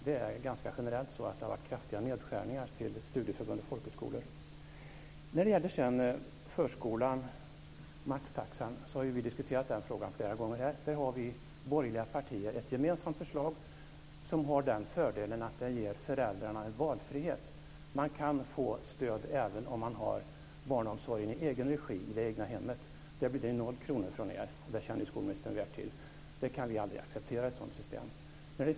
Det är ganska generellt så att det varit kraftiga nedskärningar till studieförbund och folkhögskolor. Frågan om förskolan och maxtaxan har vi diskuterat flera gånger här. De borgerliga partierna har ett gemensamt förslag, som har den fördelen att det ger föräldrarna en valfrihet. Man kan få stöd även om man utför barnomsorgen i egen regi i det egna hemmet. För det får man 0 kr från er, som skolministern mycket väl känner till. Vi kan aldrig acceptera ett sådant system.